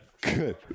good